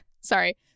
Sorry